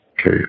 Okay